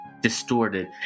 distorted